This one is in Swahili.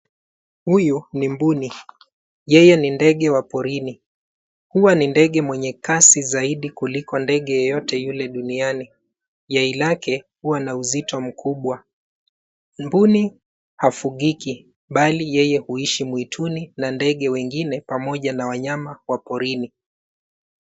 Huyu ni mbuni. Yeye ni ndege wa porini .Huwa ni ndege mwenye kasi zaidi kuliko ndege yeyote yule duniani .Yai lake huwa na uzito mkubwa. Mbuni hafugiki bali yeye huishi mwituni na ndege wengine , pamoja na wanyama wa porini.